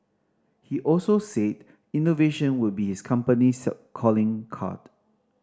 he also said innovation would be his company's calling card